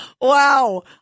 Wow